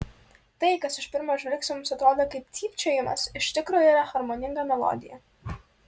tai kas iš pirmo žvilgsnio mums atrodo kaip cypčiojimas iš tikro yra harmoninga melodija